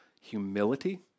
humility